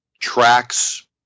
tracks